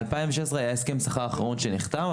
בשנת 2016 היה הסכם השכר האחרון שנחתם,